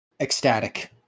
ecstatic